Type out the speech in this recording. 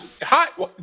Hi